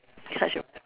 such a